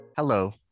Hello